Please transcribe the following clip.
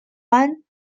one